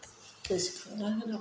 गोसखांनानै